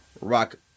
rock